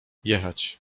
jechać